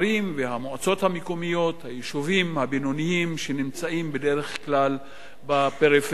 והמועצות המקומיות והיישובים הבינוניים שנמצאים בדרך כלל בפריפריה.